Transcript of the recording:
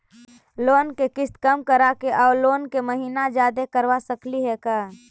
Loan के किस्त कम कराके औ लोन के महिना जादे करबा सकली हे का?